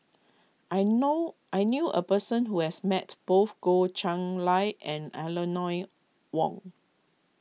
I know I knew a person who has met both Goh Chiew Lye and Eleanor Wong